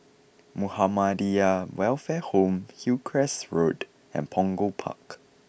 Muhammadiyah Welfare Home Hillcrest Road and Punggol Park